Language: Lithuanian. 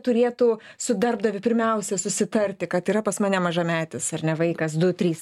turėtų su darbdaviu pirmiausia susitarti kad yra pas mane mažametis ar ne vaikas du trys